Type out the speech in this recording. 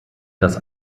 das